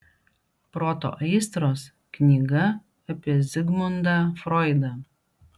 proto aistros knyga apie zigmundą froidą